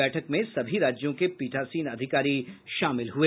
बैठक में सभी राज्यों के पीठासीन अधिकारी शामिल हुए